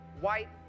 white